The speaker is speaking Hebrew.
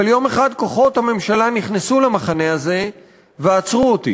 אבל יום אחד כוחות הממשלה נכנסו למחנה הזה ועצרו אותי.